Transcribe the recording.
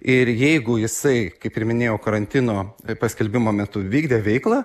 ir jeigu jisai kaip ir minėjau karantino paskelbimo metu vykdė veiklą